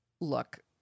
Look